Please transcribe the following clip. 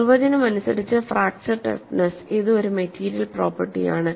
നിർവചനം അനുസരിച്ച് fracture toughness ഇത് ഒരു മെറ്റീരിയൽ പ്രോപ്പർട്ടി ആണ്